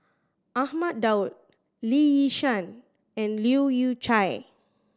Ahmad Daud Lee Yi Shyan and Leu Yew Chye